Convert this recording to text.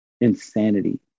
insanity